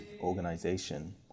organization